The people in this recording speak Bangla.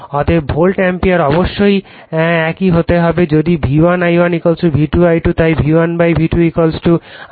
অতএব ভোল্ট অ্যাম্পিয়ার অবশ্যই একই হতে হবে যদি V1 I1 V2 I2 তাই V1 V2 I2 I1